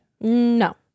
No